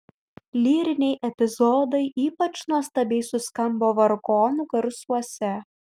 lyriniai epizodai ypač nuostabiai suskambo vargonų garsuose